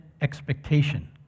expectation